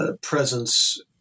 presence